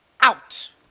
out